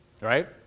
Right